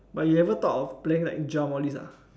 but you ever thought of playing like drums all these